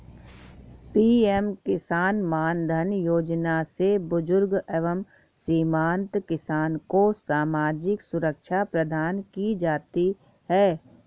PM Kisan Maandhan Yojana से बुजुर्ग एवं सीमांत किसान को सामाजिक सुरक्षा प्रदान की जाती है